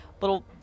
little